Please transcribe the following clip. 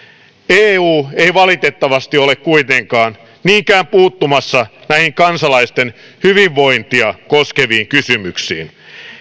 eu ei valitettavasti ole kuitenkaan niinkään puuttumassa näihin kansalaisten hyvinvointia koskeviin kysymyksiin